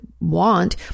want